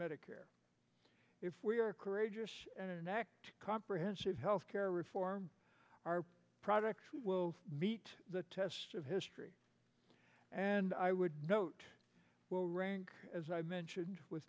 medicare if we are courageous and comprehensive health care reform our product will meet the test of history and i would note well rank as i mentioned w